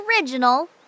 original